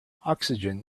oxygen